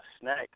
snack